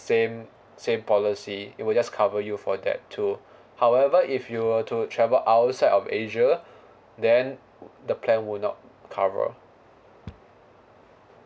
same same policy it will just cover you for that too however if you were to travel outside of asia then the plan would not cover